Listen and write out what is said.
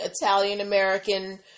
Italian-American